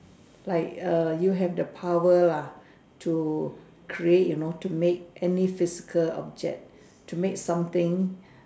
like err you have the power lah to create you know to make any physical object to make something